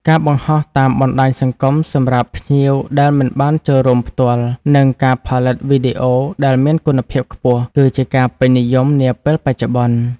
ការបង្ហោះតាមបណ្តាញសង្គមសម្រាប់ភ្ញៀវដែលមិនបានចូលរួមផ្ទាល់ និងការផលិត វីដេអូ ដែលមានគុណភាពខ្ពស់ គឺជាការពេញនិយមនាពេលបច្ចុប្បន្ន ។